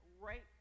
right